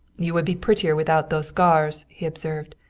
you would be prettier without those scars, he observed.